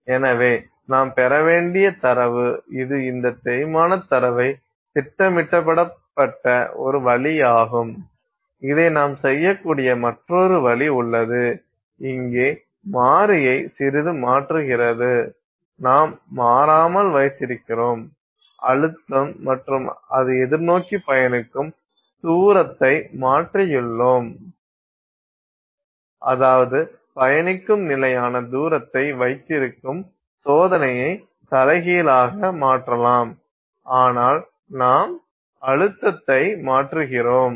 எனவே நாம் பெற வேண்டிய தரவு இது இந்த தேய்மான தரவைத் திட்டமிடப்பட்ட ஒரு வழியாகும் இதை நாம் செய்யக்கூடிய மற்றொரு வழி உள்ளது இங்கே மாறியை சிறிது மாற்றுகிறது நாம் மாறாமல் வைத்திருக்கிறோம் அழுத்தம் மற்றும் அது எதிர்நோக்கி பயணிக்கும் தூரத்தை மாற்றியுள்ளோம் அதாவது பயணிக்கும் நிலையான தூரத்தை வைத்திருக்கும் சோதனையை தலைகீழாக மாற்றலாம் ஆனால் நாம் அழுத்தத்தை மாற்றுகிறோம்